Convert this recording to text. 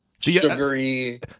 sugary